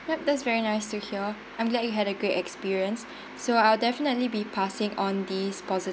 yup that's very nice to hear I'm glad you had a great experience so I'll definitely be passing on these positive